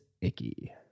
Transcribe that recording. icky